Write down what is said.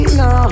no